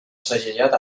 segellat